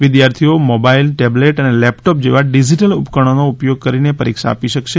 વિદ્યાર્થીઓ mobile tablet અને laptop જેવા ડિજીટલ ઉપકરણોનો ઉપયોગ કરીને પરીક્ષા આપી શકશે